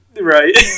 Right